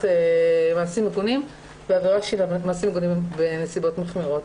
מעשים מגונים כעבירה של מעשים מגונים בנסיבות מחמירות.